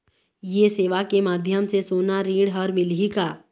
ये सेवा के माध्यम से सोना ऋण हर मिलही का?